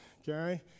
Okay